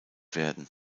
werden